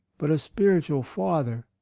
but a spiritual father,